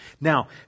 Now